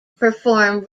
perform